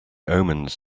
omens